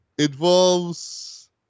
Involves